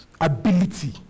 ability